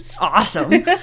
awesome